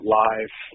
live